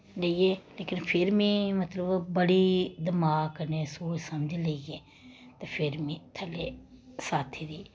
लेईयै लेकिन फिर में मतलव बड़ी दमाक कन्नै सोच समझ लेईयै ते फिर में थल्ले लाथी दी